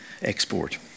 export